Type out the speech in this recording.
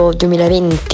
2020